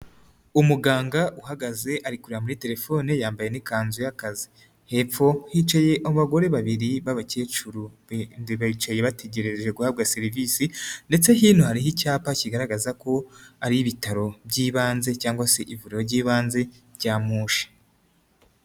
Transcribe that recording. Umuganga uhagaze ari kureba muri telefone yambaye n'ikanzu y'akazi, hepfo hicaye abagore babiri b'abakecuru baricaye bategereje guhabwa serivisi ndetse hino hariho icyapa kigaragaza ko ari ibitaro by'ibanze cyangwa se ivuriro ry'ibanze rya Mpushi.